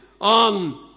on